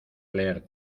leer